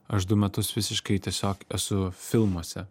aš du metus visiškai tiesiog esu filmuose